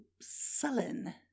sullen